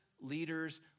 leaders